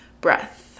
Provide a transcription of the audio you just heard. breath